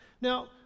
now